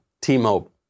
T-Mobile